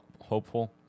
hopeful